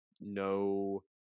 no